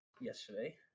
yesterday